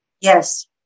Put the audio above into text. Yes